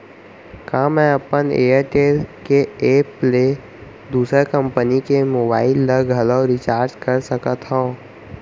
का मैं अपन एयरटेल के एप ले दूसर कंपनी के मोबाइल ला घलव रिचार्ज कर सकत हव?